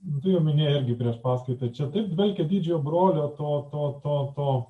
tu jau minėjai irgi prieš paskaitą čia taip veikė didžiojo brolio to to to